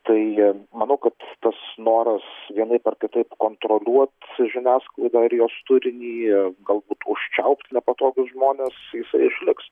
taigi manau kad tas noras vienaip ar kitaip kontroliuot žiniasklaidą ir jos turinį galbūt užčiaupt nepatogius žmones jisai išliks